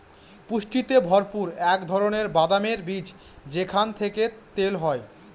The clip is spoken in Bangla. পুষ্টিতে ভরপুর এক ধরনের বাদামের বীজ যেখান থেকে তেল হয়